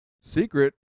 secret